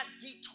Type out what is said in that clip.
detour